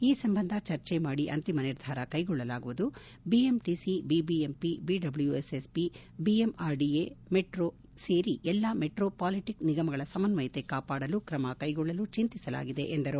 ಈ ಸಂಬಂಧ ಚರ್ಚೆ ಮಾಡಿ ಅಂತಿಮ ನಿರ್ಧಾರ ಕೈಗೊಳ್ಳಲಾಗುವುದು BMTC BBMP BWSSB BMRDA metro ಸೇರಿ ಎಲ್ಲ ಮೆಟ್ರೋ ಪಾಲಿಟಿಕ್ ನಿಗಮಗಳ ಸಮನ್ವಯತೆ ಕಾಪಾಡಲು ಕ್ರಮ ಕೈಗೊಳ್ಳಲು ಚಿಂತಿಸಲಾಗಿದೆ ಎಂದು ಹೇಳಿದರು